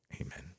amen